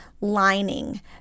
lining